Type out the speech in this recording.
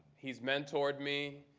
he's mentored me.